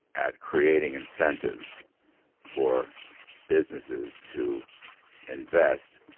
at creating incentives for businesses to invest.